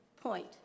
point